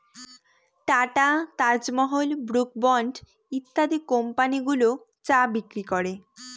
tata, Taj Mahal, Brooke Bond ইত্যাদি company গুলো চা বিক্রি করে